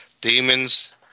demons